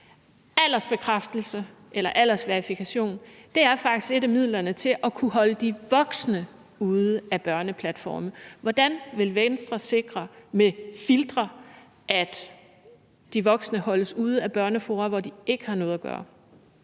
Aldersbekræftelse eller aldersverifikation er faktisk et af midlerne til at kunne holde de voksne ude af børneplatforme. Hvordan vil Venstre sikre med filtre, at de voksne holdes ude af børnefora, hvor de ikke har noget at gøre?